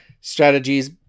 strategies